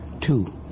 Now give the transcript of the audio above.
Two